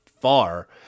far